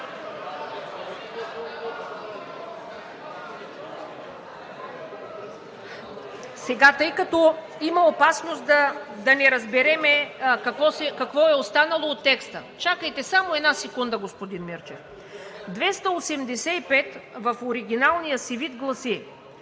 Тъй като има опасност да не разберем какво е останало от текста, изчакайте една секунда, господин Мирчев. Член 285 в оригиналния си вид гласи: